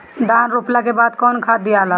धान रोपला के बाद कौन खाद दियाला?